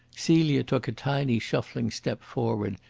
celia took a tiny shuffling step forward,